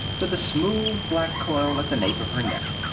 to the smooth black coil at the nape of her neck.